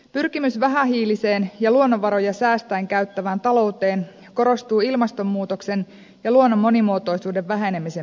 pyrkimys vähähiiliseen ja luonnonvaroja säästäen käyttävään talouteen korostuu ilmastonmuutoksen ja luonnon monimuotoisuuden vähenemisen myötä